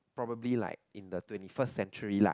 probably like in the twenty first century lah